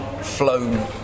flown